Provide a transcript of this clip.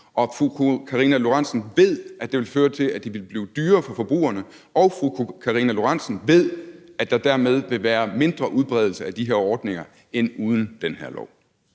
fru Karina Lorentzen Dehnhardt ved, at det vil føre til, at det vil blive dyrere for forbrugerne, og fru Karina Lorentzen Dehnhardt ved, at der dermed vil være en mindre udbredelse af de her ordninger end uden den her lov.